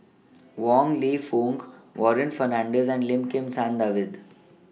Wong Lew Foong Warren Fernandez and Lim Kim San David